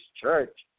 church